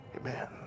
Amen